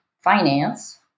finance